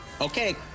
Okay